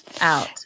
Out